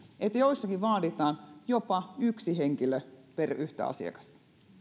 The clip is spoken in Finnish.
että jossakin vaaditaan jopa yksi henkilö per yksi asiakas